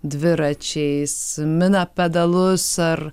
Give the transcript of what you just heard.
dviračiais mina pedalus ar